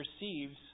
receives